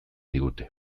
digute